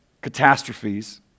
catastrophes